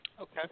Okay